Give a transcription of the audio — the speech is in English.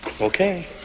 Okay